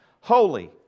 holy